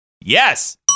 Yes